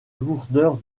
lourdeur